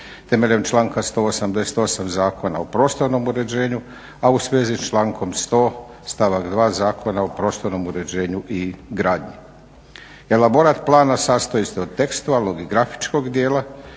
temeljem članka 188. Zakona o prostornom uređenju, a u svezi sa člankom 100. stavak 2. Zakona o prostornom uređenju i gradnji. Elaborat plana sastoji se od tekstova, logigrafičkog dijela